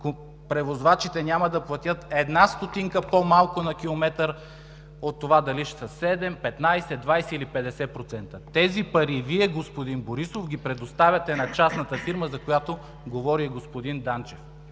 превозвачите няма да платят една стотинка по-малко на километър, независимо дали ще са 7, 15, 20 или 50%. Тези пари Вие, господин Борисов, ги предоставяте на частната фирма, за която говори и господин Данчев.